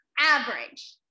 average